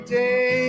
day